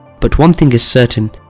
but one thing is certain,